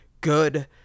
good